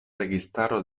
registaro